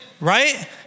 Right